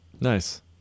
Nice